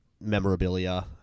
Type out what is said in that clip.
Memorabilia